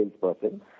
salesperson